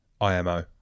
IMO